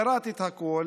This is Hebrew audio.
קראתי את הכול,